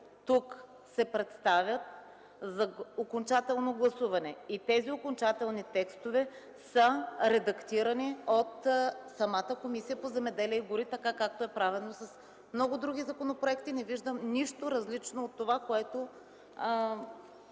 тук се представят за окончателно гласуване. Тези окончателни текстове са редактирани от самата Комисия по земеделието и горите, така както е правено с много други законопроекти. Не виждам нищо различно от това, което